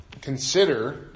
consider